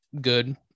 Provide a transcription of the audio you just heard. good